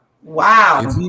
wow